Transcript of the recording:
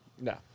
No